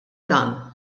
dan